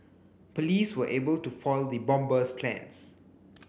police were able to foil the bomber's plans